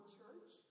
church